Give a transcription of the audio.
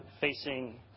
facing